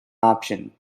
option